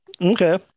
Okay